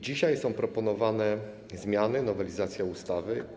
Dzisiaj są proponowane zmiany, nowelizacja ustawy.